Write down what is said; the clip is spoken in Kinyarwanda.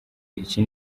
iki